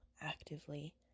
actively